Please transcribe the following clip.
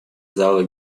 зала